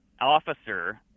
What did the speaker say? officer